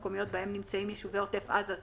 רשויות מקומיות שבהן נמצאים יישובי עוטף עזה,